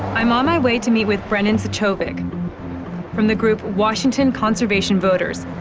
i'm on my way to meet with brendon cechovic from the group washington conservation voters.